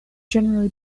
generally